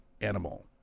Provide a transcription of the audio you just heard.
animal